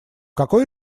какой